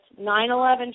9-11